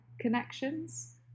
connections